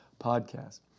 podcast